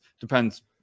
Depends